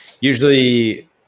usually